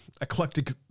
eclectic